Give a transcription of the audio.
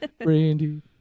brandy